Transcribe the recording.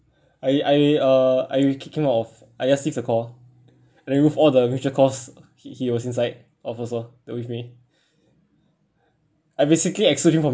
I I uh I kick him out of I just the call and I remove all the mutual calls he he was inside of also with me I basically exclude him from